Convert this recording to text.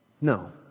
no